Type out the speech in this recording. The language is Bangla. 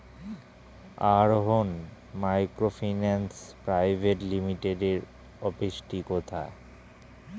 আরোহন মাইক্রোফিন্যান্স প্রাইভেট লিমিটেডের অফিসটি কোথায়?